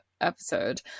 episode